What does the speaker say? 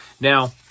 now